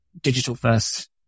digital-first